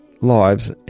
lives